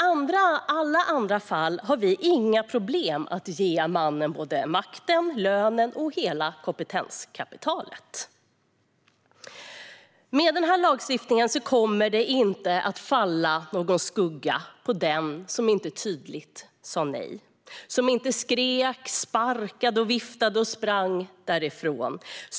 I alla andra fall har vi nämligen inga problem med att ge mannen såväl makten och lönen som hela kompetenskapitalet. Med den här lagstiftningen kommer det inte att falla någon skugga på den som inte tydligt sa nej, som inte skrek, sparkade, viftade och sprang därifrån.